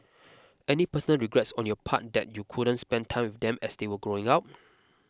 any personal regrets on your part that you couldn't spend time with them as they were growing up